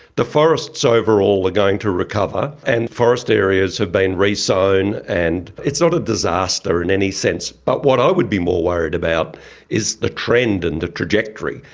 the forests overall are going to recover, and forest areas have been re-sown. and it's not a disaster in any sense. but what i would be more worried about is the trend and the trajectory.